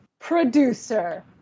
producer